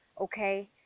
okay